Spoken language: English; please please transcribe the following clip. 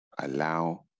allow